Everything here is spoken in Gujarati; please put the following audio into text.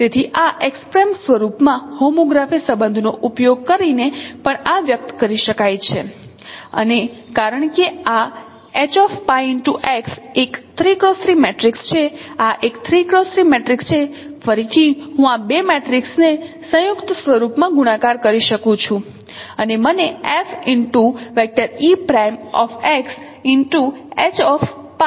તેથી આ x' સ્વરૂપમાં હોમોગ્રાફી સંબંધનો ઉપયોગ કરીને પણ આ વ્યક્ત કરી શકાય છે અને કારણ કે આ એક મેટ્રિક્સ છે આ એક મેટ્રિક્સ છે ફરીથી હું આ બે મેટ્રિસને સંયુક્ત સ્વરૂપ માં ગુણાકાર કરી શકું છું અને મને F દ્વારા સૂચિત કરી શકું છું